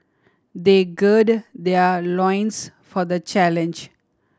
they gird their loins for the challenge